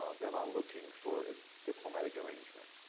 ah they're not looking for a diplomatic arrangement.